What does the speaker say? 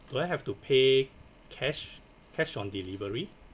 do I have to pay cash cash on delivery